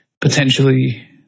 potentially